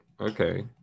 Okay